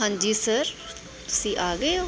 ਹਾਂਜੀ ਸਰ ਤੁਸੀਂ ਆ ਗਏ ਹੋ